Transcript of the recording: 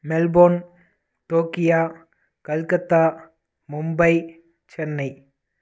Melbourne Tokyo Calcutta Mumbai Chennai